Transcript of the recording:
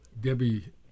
Debbie